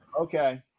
Okay